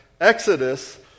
Exodus